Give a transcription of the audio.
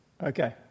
Okay